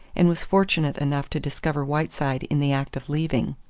and was fortunate enough to discover whiteside in the act of leaving.